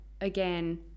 again